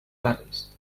barris